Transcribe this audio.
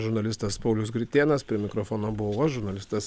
žurnalistas paulius gritėnas prie mikrofono buvau aš žurnalistas